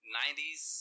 90s